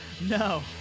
No